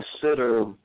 consider